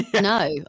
No